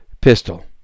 pistol